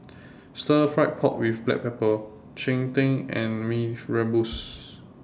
Stir Fried Pork with Black Pepper Cheng Tng and Mee Rebus